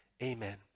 Amen